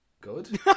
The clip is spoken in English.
good